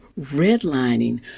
redlining